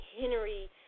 Henry